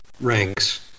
ranks